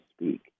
speak